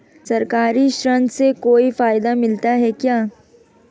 सरकारी ऋण से कोई फायदा मिलता है क्या?